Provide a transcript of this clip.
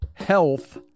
health